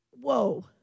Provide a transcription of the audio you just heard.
Whoa